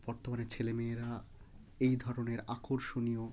বর্তমানে ছেলে মেয়েরা এই ধরনের আকর্ষণীয়